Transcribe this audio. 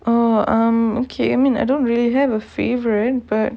oh um okay I mean I don't really have a favourite but